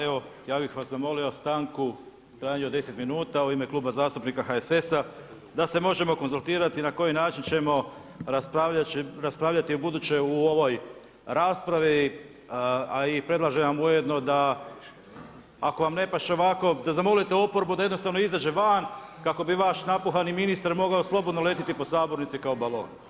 Evo ja bih vas zamolio stanku u trajanju od 10 min u ime Kluba zastupnika HSS-a da se možemo konzultirati na koji način ćemo raspravljati ubuduće u ovoj raspravi a i predlažemo vam ujedno da ako vam ne paše ovako da zamolite oporbu da jednostavno izađe van kako bi vaš napuhani ministar mogao slobodno letjeti po sabornici kao balon.